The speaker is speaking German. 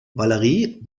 valerie